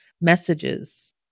messages